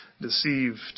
deceived